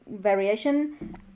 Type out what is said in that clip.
variation